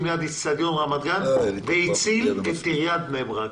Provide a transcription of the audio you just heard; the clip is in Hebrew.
ליד אצטדיון רמת גן והציל את העיר בני ברק.